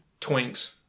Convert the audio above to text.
Twinks